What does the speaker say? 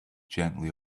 gently